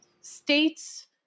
States